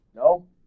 No